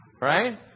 Right